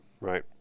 right